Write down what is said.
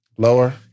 Lower